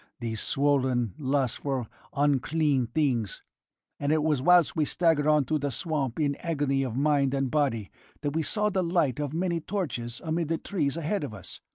these swollen, lustful, unclean things and it was whilst we staggered on through the swamp in agony of mind and body that we saw the light of many torches amid the trees ahead of us,